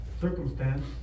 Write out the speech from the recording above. circumstance